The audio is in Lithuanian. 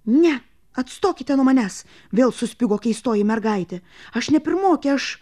ne atstokite nuo manęs vėl suspigo keistoji mergaitė aš ne pirmokė aš